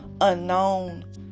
unknown